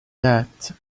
that